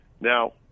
Now